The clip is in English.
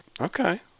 Okay